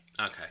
Okay